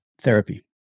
therapy